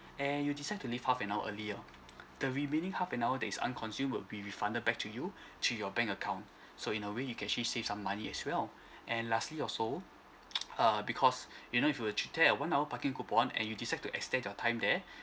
and you decide to leave half an hour earlier the remaining half an hour that is unconsumed will be refunded back to you to your bank account so in a way you can actually save some money as well and lastly also err because you know if you were to tear a one hour parking coupon and you decide to extend your time there